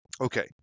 Okay